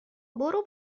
برو